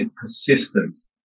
persistence